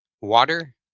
water